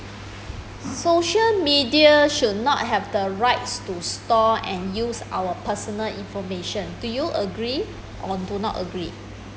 social media should not have the rights to store and use our personal information do you agree or do not agree